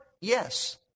Yes